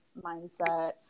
mindset